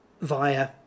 via